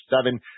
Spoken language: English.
seven